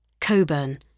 Coburn